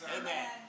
Amen